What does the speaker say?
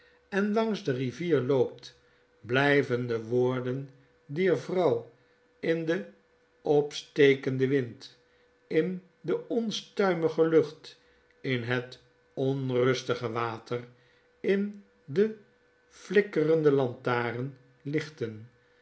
en langs de rivier loopt blyven de woorden dier vrouw in den opstekenden wind in de onstuimige lucht in het onrustige water in de liikkerende lantaarn lichten